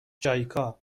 جایکا